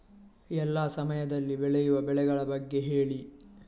ಎಲ್ಲಾ ಸಮಯದಲ್ಲಿ ಬೆಳೆಯುವ ಬೆಳೆಗಳ ಬಗ್ಗೆ ಹೇಳಿ